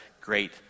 great